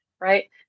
right